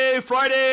Friday